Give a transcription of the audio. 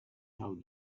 how